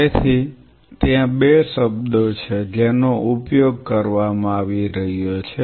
તેથી ત્યાં 2 શબ્દો છે જેનો ઉપયોગ કરવામાં આવી રહ્યો છે